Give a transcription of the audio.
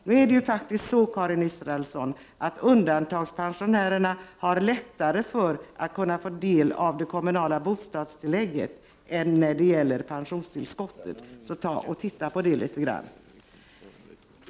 Det är faktiskt så, Karin Israelsson, att undantagandepensionärerna har lättare att få del av det kommunala bostadstillägget än av pensionstillskottet. Studera detta litet grand!